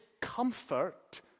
comfort